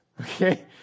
okay